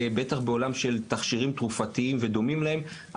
בטח בעולם של תכשירים תרופתיים ודומים להם.